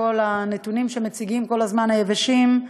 הנתונים שמציגים כל הזמן, היבשים,